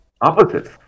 Opposites